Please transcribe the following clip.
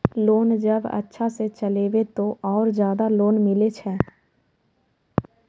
Loan जब अच्छा से चलेबे तो और ज्यादा लोन मिले छै?